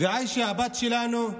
ועאישה, הבת שלנו,